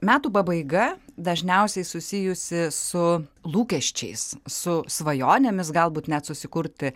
metų pabaiga dažniausiai susijusi su lūkesčiais su svajonėmis galbūt net susikurti